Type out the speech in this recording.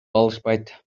алышпайт